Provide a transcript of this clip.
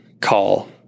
call